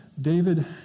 David